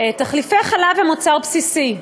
תחליפי חלב הם מוצר בסיסי.